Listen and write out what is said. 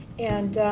and